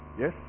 Yes